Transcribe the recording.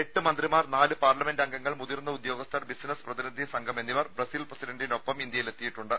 എട്ട് മന്ത്രിമാർ നാല് പാർലമെന്റ് അംഗങ്ങൾ മുതിർന്ന ഉദ്യോഗസ്ഥർ ബിസിനസ്സ് പ്രതിനിധി സംഘം എന്നിവർ ബ്രസീൽ പ്രസിഡന്റിന് ഒപ്പം ഇന്ത്യയിൽ എത്തിയിട്ടുണ്ട്